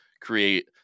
create